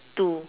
two